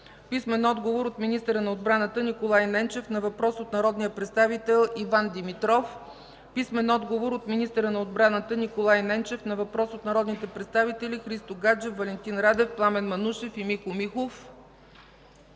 Гьоков; - министъра на отбраната Николай Ненчев на въпрос от народния представител Иван Димитров; - министъра на отбраната Николай Ненчев на въпрос от народните представители Христо Гаджев, Валентин Радев, Пламен Манушев и Михо Михов;